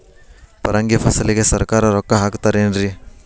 ಪರಂಗಿ ಫಸಲಿಗೆ ಸರಕಾರ ರೊಕ್ಕ ಹಾಕತಾರ ಏನ್ರಿ?